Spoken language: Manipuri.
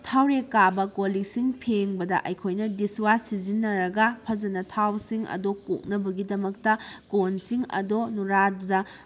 ꯊꯥꯎꯔꯦꯛ ꯀꯥꯕ ꯀꯣꯜ ꯂꯤꯛꯁꯤꯡ ꯐꯦꯡꯕꯗ ꯑꯩꯈꯣꯏꯅ ꯗꯤꯁꯋꯥꯁ ꯁꯤꯖꯤꯟꯅꯔꯒ ꯐꯖꯅ ꯊꯥꯎꯁꯤꯡ ꯑꯗꯣ ꯀꯣꯛꯅꯕꯒꯤꯗꯃꯛꯇ ꯀꯣꯟꯁꯤꯡ ꯑꯗꯣ ꯅꯨꯔꯥꯗꯨꯗ